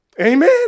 Amen